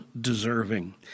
deserving